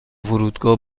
فرودگاه